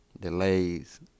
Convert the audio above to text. delays